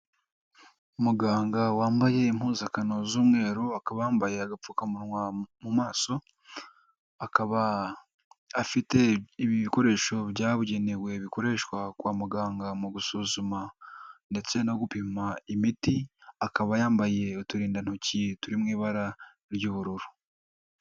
Umuganga wambaye impuzankano z'umweru, akaba yambaye agapfukamunwa mu maso, akaba afite ibikoresho byabugenewe bikoreshwa kwa muganga mu gusuzuma ndetse no gupima imiti, akaba yambaye uturindantoki turi mu ibara ry'ubururu.